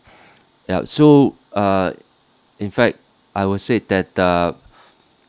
ya so err in fact I would say that the